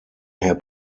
herr